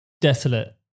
desolate